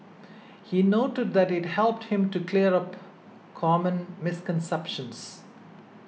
he noted that it helped him to clear up common misconceptions